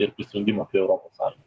ir prisijungimą prie europos sąjungos